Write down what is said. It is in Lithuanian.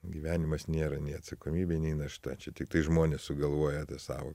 gyvenimas nėra nei atsakomybė nei našta čia tiktai žmonės sugalvoja tą sau